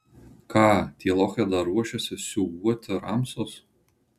ką tie lochai dar ruošiasi siūbuoti ramsus